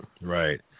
right